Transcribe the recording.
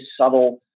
subtle